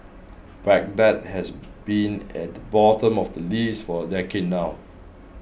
Baghdad has been at the bottom of the list for a decade now